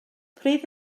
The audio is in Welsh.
pryd